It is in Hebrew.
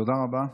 תודה רבה.